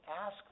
ask